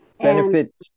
Benefits